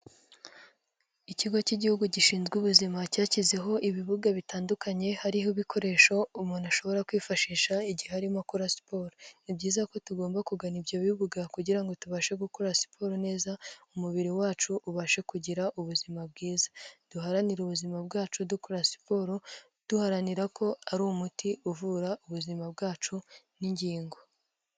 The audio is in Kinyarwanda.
Ikigo k'igihugu gishinzwe ubuzima, cyashyizeho ibibuga bitandukanye, hariho ibikoresho umuntu ashobora kwifashisha igihe arimo akora siporo, ni byiza ko tugomba kugana ibyo bibuga kugira ngo ngo tubashe gukora siporo neza, umubiri wacu ubashe kugira ubuzima bwiza, duharanire ubuzima bwacu dukora siporo, duharanira ko ari umuti uvura ubuzima bwacu n'ingingo.